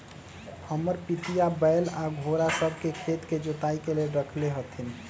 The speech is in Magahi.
हमर पितिया बैल आऽ घोड़ सभ के खेत के जोताइ के लेल रखले हथिन्ह